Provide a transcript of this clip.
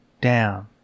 down